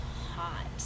hot